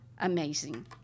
amazing